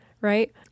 right